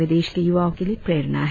वे देश के युवाओ के लिए प्रेरणा है